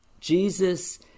Jesus